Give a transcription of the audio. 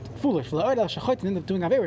foolish